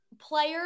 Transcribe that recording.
players